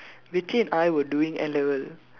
Rachel and I were doing N-level